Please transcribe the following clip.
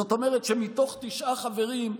זאת אומרת שמתוך תשעה חברים,